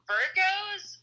Virgos